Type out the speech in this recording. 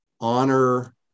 honor